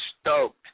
stoked